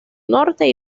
norte